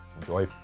enjoy